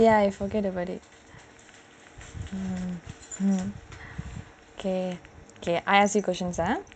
eh I forget about it K K I ask you questions ah